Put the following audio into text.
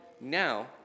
now